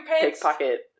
pickpocket